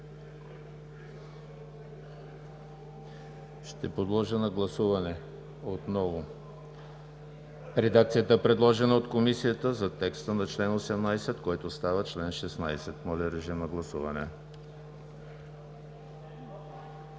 Ще подложа на гласуване отново редакцията, предложена от Комисията за текста на чл. 18, който става чл. 16. Гласували